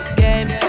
game